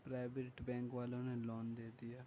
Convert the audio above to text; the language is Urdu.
پرائویٹ بینک والوں نے لون دے دیا